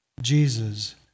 Jesus